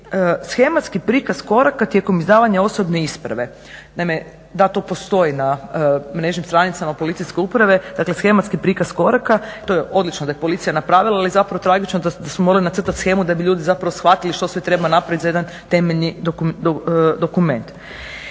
Naime, da to postoji na mrežnim stranicama policijske uprave.